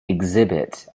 exhibit